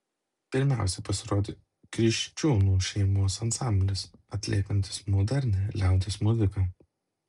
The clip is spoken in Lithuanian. pirmiausiai pasirodė kriščiūnų šeimos ansamblis atliekantis modernią liaudies muziką